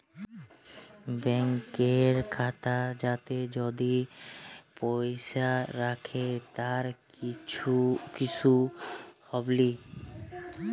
ব্যাংকের খাতা যাতে যদি পয়সা রাখে তার কিসু হবেলি